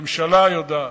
הממשלה יודעת.